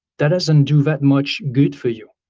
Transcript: that doesn't do that much good for you.